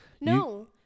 No